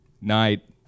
night